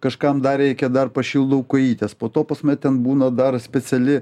kažkam dar reikia dar pašildau kojytes po to pas mane ten būna dar speciali